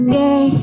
day